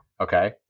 Okay